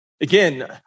Again